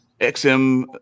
XM